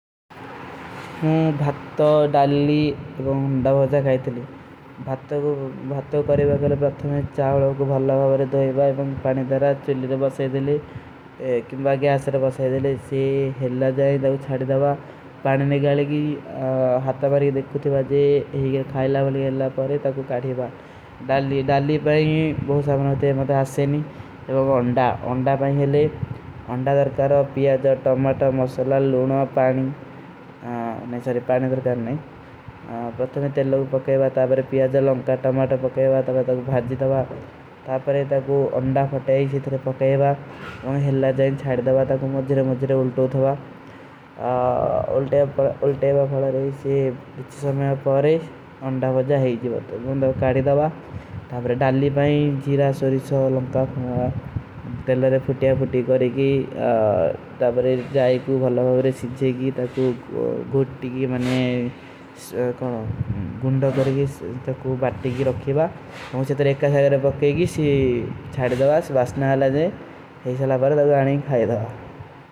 ମୈଂ ଭାତ, ଡାଲୀ ଔର ଉଂଡା ଭାଜା ଖାଯତେ ହୂଁ। ଭାତ କୋ କରେବାଗର ବାତ ମେଂ ଚାଲୋଂ କୋ ଭଲ୍ଲା ବାବରେ ଦୋଈବାଈ ପାନେଂ ଦରାଜ ଚିଲ୍ଲୀ ଦୋ ବାସାଈ ଦେଲେ କିମ୍ବାଗେ। ଅଶ୍ର ବାସାଈ ଦେଲେ ସେ ହେଲା ଜାଏ ଜାଏ ତୋ ଛାଡୀ ଦାବା ପାନେଂ ନେ ଗାଲେ କୀ।